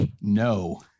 No